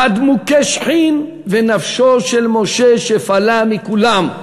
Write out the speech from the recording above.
כת מוכי שחין, ונפשו של משה שפלה מכולם.